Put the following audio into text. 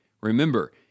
Remember